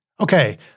Okay